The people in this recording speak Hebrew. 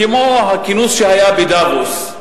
כמו הכינוס שהיה בדבוס,